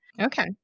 Okay